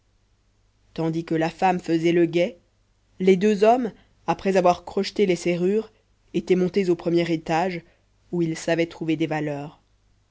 tandis que la femme faisait le guet les deux hommes après avoir crocheté les serrures étaient montés au premier étage où ils savaient trouver des valeurs